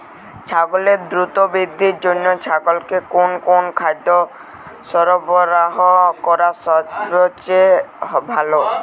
ছাগলের দ্রুত বৃদ্ধির জন্য ছাগলকে কোন কোন খাদ্য সরবরাহ করা সবচেয়ে ভালো?